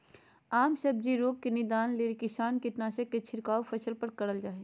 आम सब्जी रोग के निदान ले किसान कीटनाशक के छिड़काव फसल पर करल जा हई